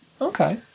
Okay